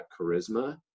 charisma